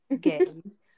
games